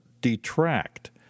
detract